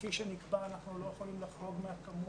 כפי שנקבע, אנחנו לא יכולים לחרוג מהמספר.